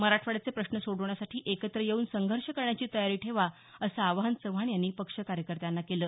मराठवाड्याचे प्रश्न सोडवण्यासाठी एकत्र येवून संघर्ष करण्याची तयारी ठेवा असं आवाहन चव्हाण यांनी पक्ष कार्यकर्त्यांना केलं